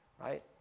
right